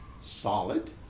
solid